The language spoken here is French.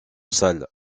salles